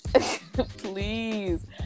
please